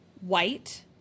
white